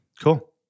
cool